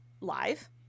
live